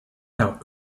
out